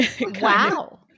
Wow